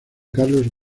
carlos